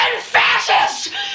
fascist